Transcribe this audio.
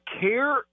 care